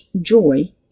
joy